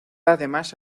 además